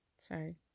Sorry